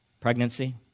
pregnancy